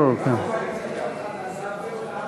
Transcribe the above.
ההצעה להעביר את הצעת חוק הגשת